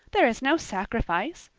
there is no sacrifice.